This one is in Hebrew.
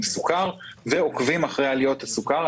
סוכר ועוקבים אחרי עליות הסוכר.